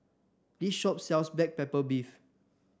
this shop sells Black Pepper Beef